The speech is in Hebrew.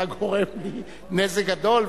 אתה גורם לי נזק גדול,